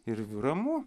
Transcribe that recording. ir ramu